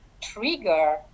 trigger